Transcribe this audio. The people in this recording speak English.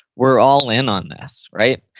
we're all in on this. right?